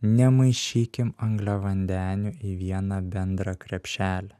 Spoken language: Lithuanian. nemaišykim angliavandenių į vieną bendrą krepšelį